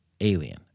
Alien